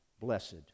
blessed